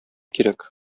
кирәк